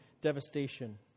devastation